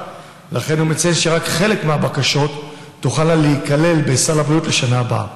לכן הוא מציין שרק חלק מהבקשות תוכלנה להיכלל בסל הבריאות בשנה הבאה.